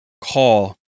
call